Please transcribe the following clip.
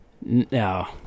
No